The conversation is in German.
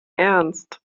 ernst